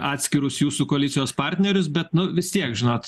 atskirus jūsų koalicijos partnerius bet nu vis tiek žinot